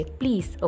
please